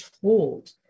told